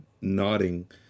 nodding